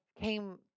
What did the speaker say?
came